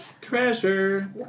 Treasure